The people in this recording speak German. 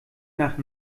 nach